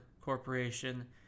Corporation